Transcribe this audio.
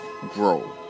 grow